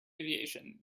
aviation